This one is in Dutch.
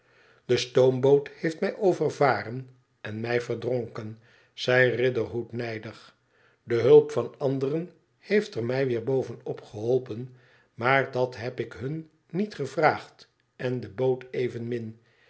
de stoomboot heeft mij overvaren en mij verdronken zei riderhood nijdig de hulp van anderen heeft er mij weer bovenop geholpen maar dat heb ik hun niet gevraagd en de boot evenmin